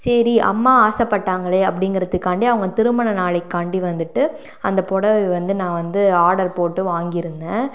சரி அம்மா ஆசைப்பட்டாங்களே அப்படிங்குறதுக்காண்டி அவங்க திருமண நாளைக்காண்டி வந்துவிட்டு அந்த புடவைய வந்து நான் வந்து ஆர்டர் போட்டு வாங்கிருந்தேன்